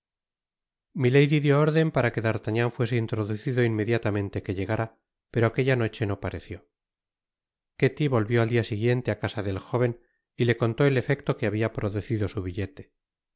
milady dió órden para que d'artagnan fuese introducido inmediatamente que llegara pero aquella noche no pareció ketty volvió al dia siguiente á casa del jóven y le contó el efecto que habia producido su billete